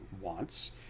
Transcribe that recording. wants